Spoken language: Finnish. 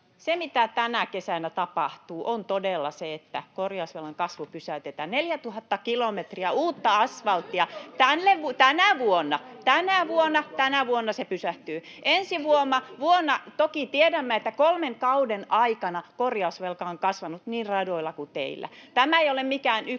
Se, mitä tänä kesänä tapahtuu, on todella se, että korjausvelan kasvu pysäytetään. 4 000 kilometriä uutta asvalttia... — Tänä vuonna se pysähtyy. — Toki tiedämme, että kolmen kauden aikana korjausvelka on kasvanut niin radoilla kuin teillä. Tämä ei ole mikään yksittäinen